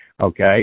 Okay